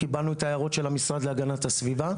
קיבלנו את הערות המשרד להגנת הסביבה.